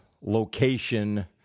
location